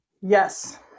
Yes